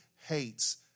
hates